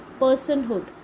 personhood